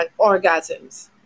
orgasms